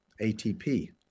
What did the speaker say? ATP